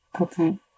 Okay